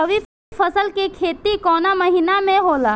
रवि फसल के खेती कवना महीना में होला?